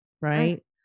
right